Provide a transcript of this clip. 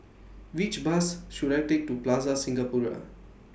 Which Bus should I Take to Plaza Singapura